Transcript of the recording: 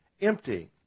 empty